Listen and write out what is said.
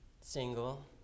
single